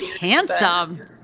handsome